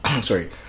Sorry